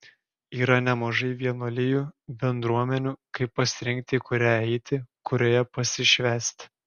yra nemažai vienuolijų bendruomenių kaip pasirinkti į kurią eiti kurioje pasišvęsti